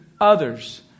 others